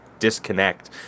disconnect